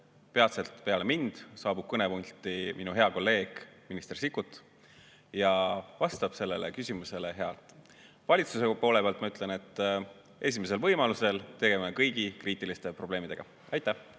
peatselt peale mind saabub kõnepulti minu hea kolleeg minister Sikkut ja vastab sellele küsimusele. Valitsuse poole pealt ma ütlen, et esimesel võimalusel me tegeleme kõigi kriitiliste probleemidega. Aitäh